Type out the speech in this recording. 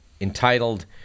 entitled